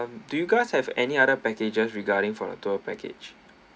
um do you guys have any other packages regarding for the tour package